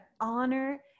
honor